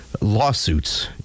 lawsuits